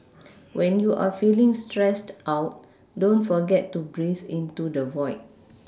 when you are feeling stressed out don't forget to breathe into the void